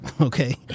okay